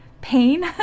pain